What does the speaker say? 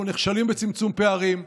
אנחנו נכשלים בצמצום פערים,